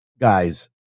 guys